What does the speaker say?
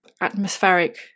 Atmospheric